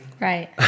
Right